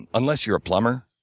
unless you're a plumber,